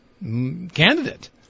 candidate